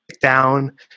down